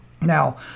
Now